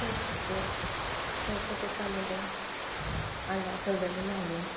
ᱥᱩᱨᱼᱥᱩᱯᱩᱨ ᱴᱷᱟᱹᱣᱠᱟᱹ ᱴᱚᱴᱷᱟ ᱱᱚᱸᱰᱮ ᱟᱞᱮ ᱟᱛᱳ ᱨᱮᱫᱚ ᱢᱮᱱᱟᱜ ᱜᱮᱭᱟ